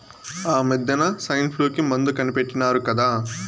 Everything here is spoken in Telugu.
ఆమద్దెన సైన్ఫ్లూ కి మందు కనిపెట్టినారు కదా